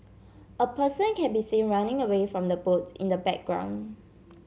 a person can be seen running away from the boat in the background